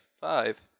five